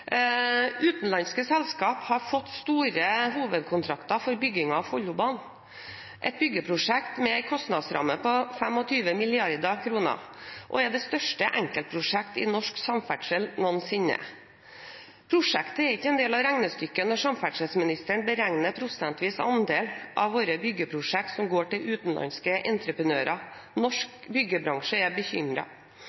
Utenlandske selskaper har fått store hovedkontrakter for byggingen av Follobanen, et byggeprosjekt som har en kostnadsramme på 25 mrd. kr og er det største enkeltprosjektet i norsk samferdsel noensinne. Prosjektet er ikke en del av regnestykket når samferdselsministeren beregner prosentvis andel av våre byggeprosjekter som går til utenlandske entreprenører. Norsk